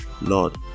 Lord